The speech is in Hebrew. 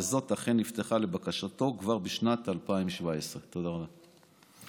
וזו אכן נפתחה לבקשתו כבר בשנת 2017. תודה רבה.